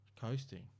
coasting